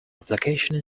application